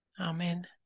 Amen